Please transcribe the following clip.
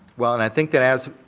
well, and i think that as